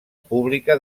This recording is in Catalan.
pública